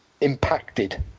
impacted